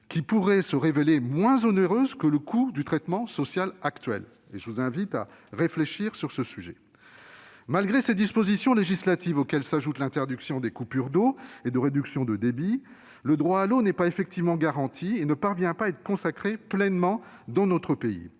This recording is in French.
qui pourrait se révéler moins onéreuse que le coût du traitement social actuel. Je vous invite à y réfléchir, mes chers collègues. Malgré ces dispositions législatives, auxquelles s'ajoute l'interdiction des coupures d'eau et de réduction du débit, le droit à l'eau n'est pas effectivement garanti et ne parvient pas à être consacré pleinement dans notre pays.